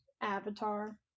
Avatar